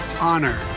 honor